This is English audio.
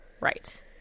right